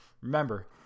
remember